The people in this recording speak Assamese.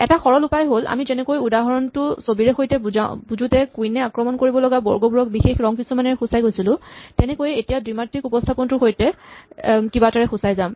এটা সৰল উপায় হ'ল আমি যেনেকৈ এই উদাহৰণটো ছবিৰে সৈতে বুজোতে কুইন এ আক্ৰমণ কৰিব লগা বৰ্গবোৰক বিশেষ ৰং কিছুমানেৰে সূচাই গৈছিলো তেনেকৈয়ে এতিয়া এই দ্বিমাত্ৰিক উপস্হাপনটোৰ সৈতে কিবা এটাৰে সূচাই যাম